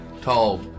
tall